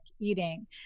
eating